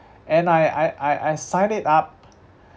and I I I I signed it up